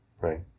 right